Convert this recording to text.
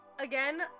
Again